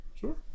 sure